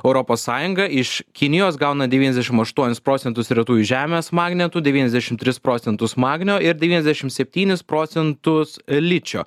europos sąjunga iš kinijos gauna devyniasdešim aštuonis procentus retųjų žemės magnetų devyniasdešim tris procentus magnio ir devyniasdešim septynis procentus ličio